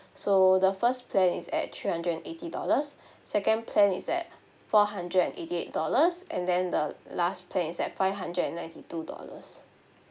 so the first plan is at three hundred and eighty dollars second plan is at four hundred and eighty eight dollars and then the last plan is at five hundred and ninety two dollars